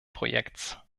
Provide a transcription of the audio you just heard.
projekts